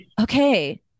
Okay